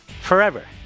forever